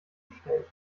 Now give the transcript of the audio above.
bestellt